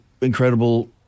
incredible